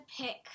pick